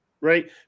right